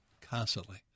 constantly